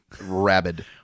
rabid